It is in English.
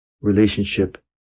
relationship